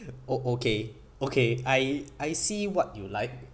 oh okay okay I I see what you like